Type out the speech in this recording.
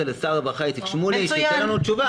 לשר הרווחה איציק שמולי שייתן לנו תשובה,